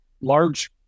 large